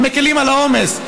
הם מקילים את העומס.